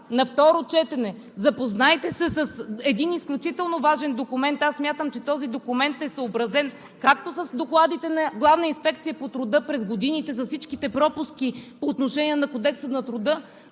на второ четене: запознайте се с един изключително важен документ. Аз смятам, че този документ е съобразен както с докладите на Главна инспекция по труда през годините за всичките пропуски по отношение на Кодекса на труда,